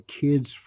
kids